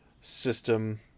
system